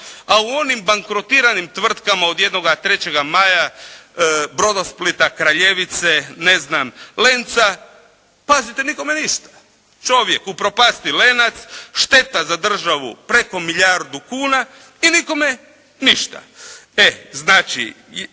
a u onim bankrotiranim tvrtkama od jednoga "Trećega maja", "Brodosplita", "Kraljevice", "Lenca", pazite nikome ništa. Čovjek upropasti "Lenac", šteta za državu preko milijardu kuna i nikome ništa.